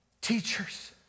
Teachers